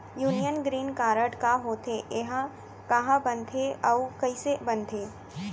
Union green card का होथे, एहा कहाँ बनथे अऊ कइसे बनथे?